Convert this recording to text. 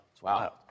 Wow